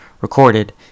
recorded